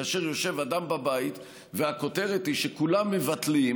כאשר יושב אדם בבית והכותרת היא שכולם מבטלים,